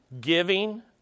giving